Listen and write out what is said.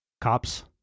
cops